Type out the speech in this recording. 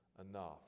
enough